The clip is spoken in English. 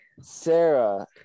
Sarah